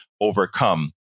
overcome